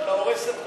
אתה הורס לי את כל,